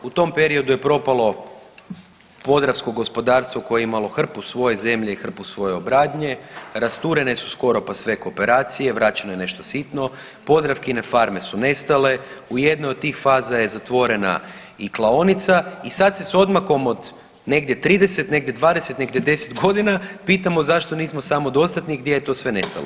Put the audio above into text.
U tom periodu je propalo podravsko gospodarstvo koje je imalo hrpu svoje zemlje i hrpu svoje obradnje, rasturene su skoro pa sve kooperacije, vraćeno je nešto sitno, Podravkine farme su nestale, u jednoj od tih faza je zatvorena i klaonica i sad se s odmakom od negdje 30, negdje 20, negdje 10.g. pitamo zašto nismo samodostatno i gdje je to sve nestalo.